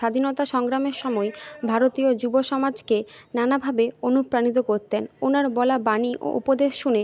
স্বাধীনতা সংগ্রামের সময় ভারতীয় যুব সমাজকে নানাভাবে অনুপ্রাণিত করতেন ওনার বলা বাণী ও উপদেশ শুনে